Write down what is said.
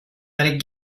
برای